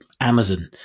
Amazon